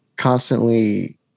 Constantly